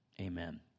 amen